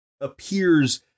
appears